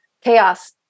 chaos